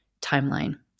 timeline